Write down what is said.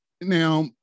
Now